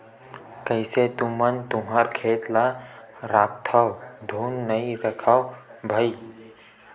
कइसे तुमन तुँहर खेत ल राखथँव धुन नइ रखव भइर?